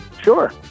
Sure